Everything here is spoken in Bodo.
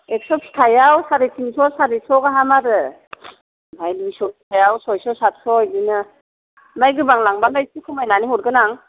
एक्स' फिथाइआव साराय थिनस' चारिस' गाहाम आरो आमफाय दुइस' फिथाइआव सयस' साथस' इदिनो ओमफाय गोबां लांबालाय एसे खमायनानै हरगोन आं